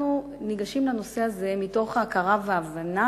אנחנו ניגשים לנושא הזה מתוך ההכרה וההבנה